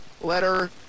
letter